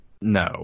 No